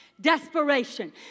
Desperation